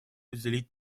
уделить